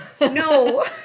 No